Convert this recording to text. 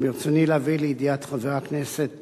ברצוני להביא לידיעת חבר הכנסת